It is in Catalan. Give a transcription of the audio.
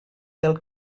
del